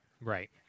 Right